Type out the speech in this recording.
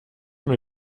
mir